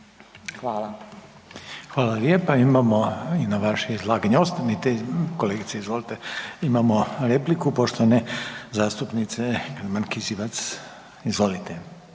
(HDZ)** Hvala lijepo. Imamo i na vaše izlaganje imamo repliku poštovane zastupnice Grman Kizivat. Izvolite.